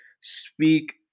speak